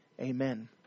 amen